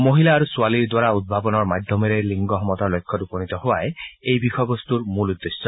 মহিলা আৰু ছোৱালীৰ দ্বাৰা উদ্ভাৱনৰ মাধ্যমেৰে লিংগ সমতাৰ লক্ষ্যত উপনীত হোৱাই এই বিষয়বস্তৰ মূল উদ্দেশ্য